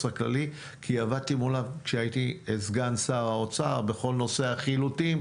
הכללי כי עבדתי מולם כשהייתי סגן שר האוצר בכל נושא החילוטים,